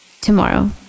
tomorrow